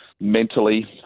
mentally